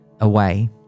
away